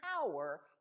power